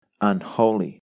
unholy